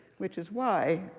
which is why